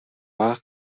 وقت